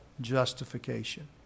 justification